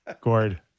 Gord